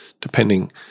depending